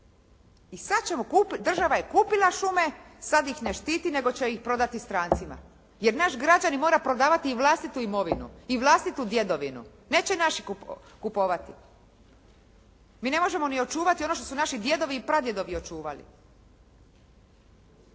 i sad ćemo, država je kupila šume, sad ih ne štiti, nego će ih prodati strancima, jer naš građanin mora prodavati i vlastitu imovinu i vlastitu djedovinu. Neće naši kupovati. Mi ne možemo ni očuvati ono što su naši djedovi i pradjedovi očuvali.